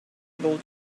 able